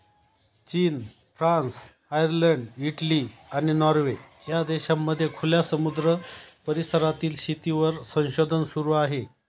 चीन, France, Ireland, Italy, आणि Norway या देशांमध्ये खुल्या समुद्र परिसरातील शेतीवर संशोधन सुरू आहे